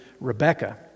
Rebecca